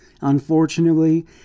Unfortunately